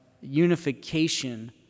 unification